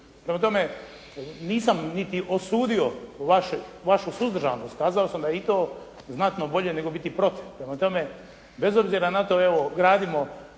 Prema tome, nisam niti osudio vašu suzdržanost. Kazao sam da je to znatno bolje nego biti protiv. Prema tome, bez obzira na to, evo gradimo